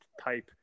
type